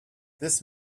this